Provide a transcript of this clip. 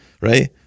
right